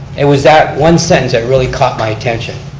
it was that one sentence that really caught my attention.